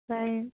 bye